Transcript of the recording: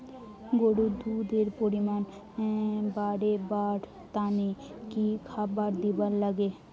গরুর দুধ এর পরিমাণ বারেবার তানে কি খাবার দিবার লাগবে?